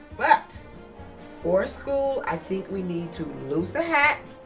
but for school i think we need to lose the hat,